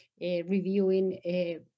reviewing